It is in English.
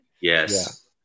Yes